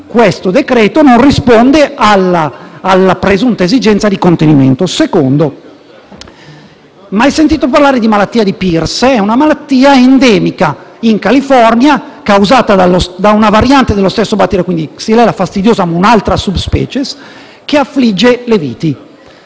all'esame non risponde alla presunta esigenze di contenimento. Ancora, avete mai sentito parlare di malattia di Pierce? È una malattia endemica in California, causata da una variante dello stesso batterio (xylella fastidiosa in un'altra *subspecies*) che affligge le viti.